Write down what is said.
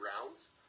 rounds